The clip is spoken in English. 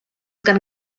gonna